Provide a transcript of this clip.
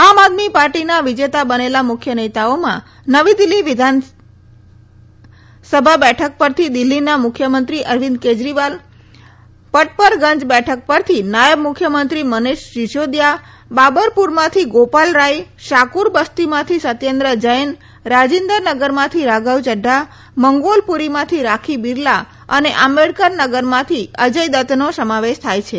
આમ આદમી પાર્ટીના વિજેતા બનેલા મુખ્ય નેતાઓમાં નવી દિલ્ફી વિધાનસભા બેઠક પરથી દિલ્હીના મુખ્યમંત્રી અરવિંદ કેજરીવાલ કેજરીવાલ પટપરગંજ બેઠક પરથી નાયબ મુખ્યમંત્રી મનીષ સિસોદીથા બાબરપુરમાંથી ગોપાલરાય શાકુર બસ્તીમાંથી સત્યેન્દ્ર જૈન રાજીન્દરનગરમાંથી રાઘવ ચક્રા મંગોલપુરીમાંથી રાખી બિરલા અને આંબેડકર નગરમાંથી અજય દત્તનો સમાવેશ થાય છે